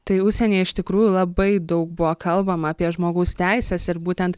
tai užsienyje iš tikrųjų labai daug buvo kalbama apie žmogaus teises ir būtent